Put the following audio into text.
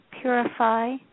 purify